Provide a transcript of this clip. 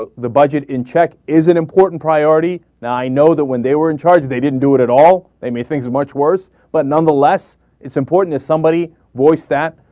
ah the budget in check is it important priority now i know that when they were in charge they didn't do it at all they made things much worse but nonetheless it's important to somebody voice that